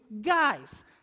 guys